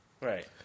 Right